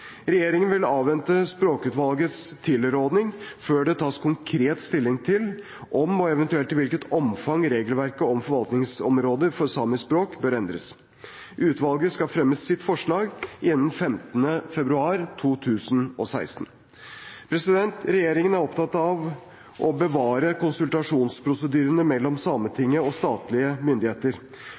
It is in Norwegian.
Regjeringen vil avvente språkutvalgets tilråding før det tas konkret stilling til om, og eventuelt i hvilket omfang, regelverket om forvaltningsområdet for samisk språk bør endres. Utvalget skal fremme sitt forslag innen 15. februar 2016. Regjeringen er opptatt av å bevare konsultasjonsprosedyrene mellom Sametinget og statlige myndigheter